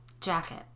jacket